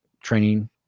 training